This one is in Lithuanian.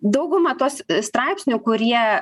dauguma tos straipsnių kurie